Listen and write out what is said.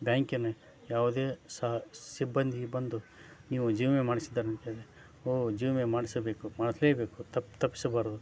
ಬ್ಯಾಂಕಿನ ಯಾವುದೇ ಸಹ ಸಿಬ್ಬಂದಿ ಬಂದು ನೀವು ಜೀವ ವಿಮೆ ಮಾಡಿಸಿದ್ದಾರಂಥೇಳಿ ಓ ಜೀವ ವಿಮೆ ಮಾಡಿಸ್ಬೇಕು ಮಾಡಿಸಲೇಬೇಕು ತಪ್ಪು ತಪ್ಪಿಸ್ಬಾರ್ದು